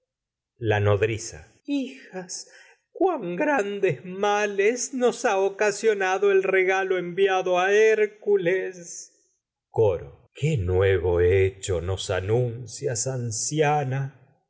la nodriza hijas cuán grandes males nos ha ocasionado coro la el regalo enviado a hércules nuevo qué hecho nos anuncias anciana